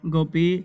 Gopi